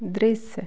दृश्य